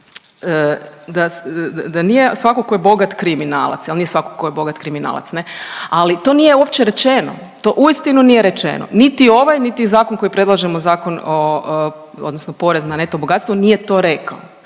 da nije svatko tko je bogat kriminalac. Jel' nije svatko tko je bogat kriminalac? Ne? Ali to nije uopće rečeno, to uistinu nije rečeno niti ovaj, niti zakon koji predlažemo zakon o, odnosno porez na neto bogatstvo nije to rekao.